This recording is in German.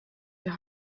wir